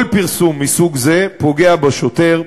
כל פרסום מסוג זה פוגע בשוטר,